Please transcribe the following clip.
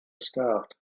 start